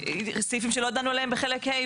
סעיפים שלא ידענו עליהם בחלק ה',